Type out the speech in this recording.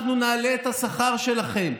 אנחנו נעלה את השכר שלכם.